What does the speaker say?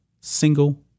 single